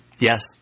Yes